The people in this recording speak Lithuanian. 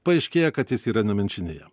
paaiškėja kad jis yra nemenčinėje